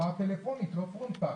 בצורה טלפונית, לא פרונטלית.